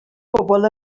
pobl